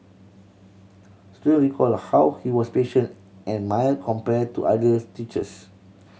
student recalled how he was patient and mild compared to others teachers